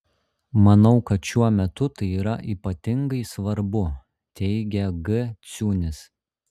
manau kad šiuo metu tai yra ypatingai svarbu teigia g ciunis